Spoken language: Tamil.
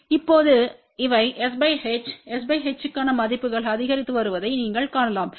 இப்போது இவை s h s h க்கான மதிப்புகள் அதிகரித்து வருவதை நீங்கள் காணலாம்